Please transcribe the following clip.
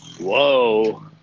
Whoa